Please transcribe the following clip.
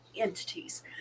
entities